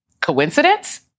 Coincidence